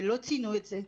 ולא ציינו את זה,